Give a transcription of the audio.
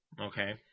Okay